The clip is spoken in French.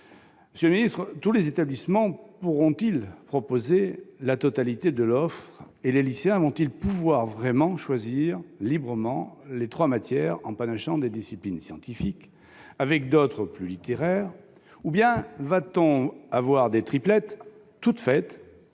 Monsieur le ministre, tous les établissements pourront-ils proposer la totalité de l'offre et les lycéens vont-ils vraiment pouvoir choisir librement les trois matières, en panachant des disciplines scientifiques avec d'autres, plus littéraires, ou bien va-t-on avoir des triplettes toutes faites